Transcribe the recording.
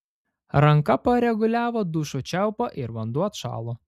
ranka pareguliavo dušo čiaupą ir vanduo atšalo